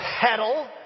pedal